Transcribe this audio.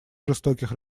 жестоких